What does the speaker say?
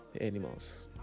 animals